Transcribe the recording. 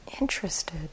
Interested